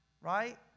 right